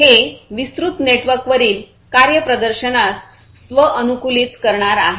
हे विस्तृत नेटवर्कवरील कार्यप्रदर्शनास स्व अनुकूलित करणार आहे